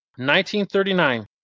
1939